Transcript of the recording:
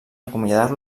acomiadar